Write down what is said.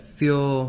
feel